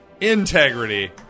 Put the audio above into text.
integrity